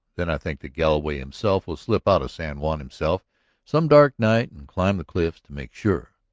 then i think that galloway himself will slip out of san juan himself some dark night and climb the cliffs to make sure.